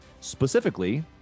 specifically